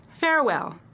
Farewell